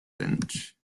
bench